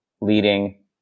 leading